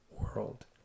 world